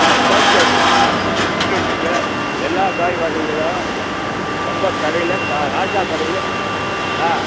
ஆ சௌ சௌ இருக்குது பீட்ரூட் இருக்குது எல்லா காய் வகைகளும் நம்ம கடையில் க ராஜா கடையில் ஆ